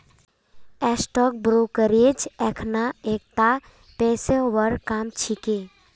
stock brokerage अखना एकता पेशेवर काम छिके